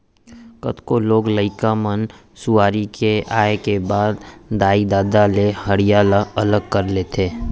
कतको लोग लइका मन सुआरी के आए के बाद दाई ददा ले हँड़िया ल अलग कर लेथें